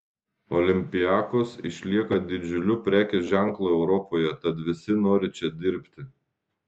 olympiakos išlieka didžiuliu prekės ženklu europoje tad visi nori čia dirbti